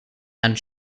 and